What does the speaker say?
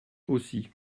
aussi